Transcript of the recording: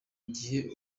igihe